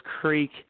Creek